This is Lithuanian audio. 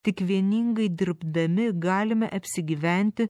tik vieningai dirbdami galime apsigyventi